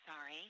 Sorry